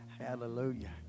hallelujah